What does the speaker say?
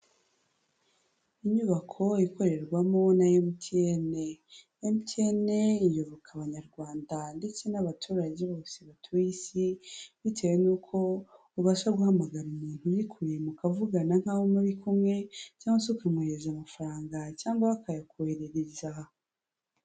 Inyubako ikorerwamo na MTN, MTN iyoboka Abanyarwanda ndetse n'abaturage bose batuye isi, bitewe n'uko ubasha guhamagara umuntu uri kure mukavugana nk'aho muri kumwe, cyangwa se ukamwohereza amafaranga cyangwa we akayakoherereza.